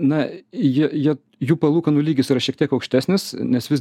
na ji jo jų palūkanų lygis yra šiek tiek aukštesnis nes vis